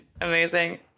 Amazing